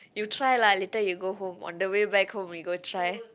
you try lah later you go home on the way back home we go try